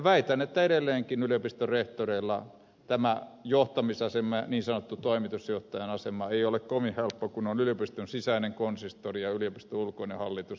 väitän että edelleenkin yliopiston rehtoreilla tämä johtamisasema niin sanottu toimitusjohtajan asema ei ole kovin helppo kun on yliopiston sisäinen konsistori ja yliopiston ulkoinen hallitus